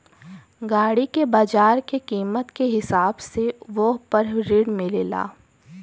गाड़ी के बाजार के कीमत के हिसाब से वोह पर ऋण मिलेला